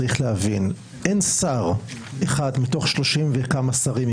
צריך להבין שאין שר אחד מתוך יותר מ-30 שרים,